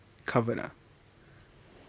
covered ah